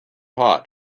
hot